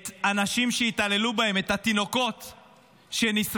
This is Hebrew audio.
את הנשים שהתעללו בהן, את התינוקות שנשרפו,